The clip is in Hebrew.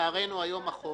לצערנו היום החוק